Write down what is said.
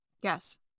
Yes